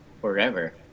forever